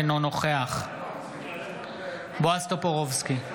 אינו נוכח בועז טופורובסקי,